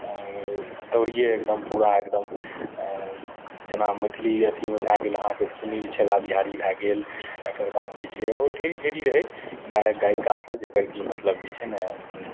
दौड़िये एकदम पूरा एकदम जेना मैथिली अथीमे भए गेल अहाँके सुनील छैला बिहारी भए गेल एकरबाद जे छै आओर ढेरी ढेरी रहै गायक गायिका सब जकर कि मतलब जे छै ने